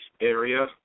area